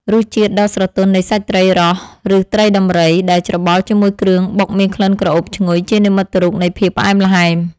រសជាតិដ៏ស្រទន់នៃសាច់ត្រីរ៉ស់ឬត្រីដំរីដែលច្របល់ជាមួយគ្រឿងបុកមានក្លិនក្រអូបឈ្ងុយជានិមិត្តរូបនៃភាពផ្អែមល្ហែម។